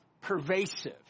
pervasive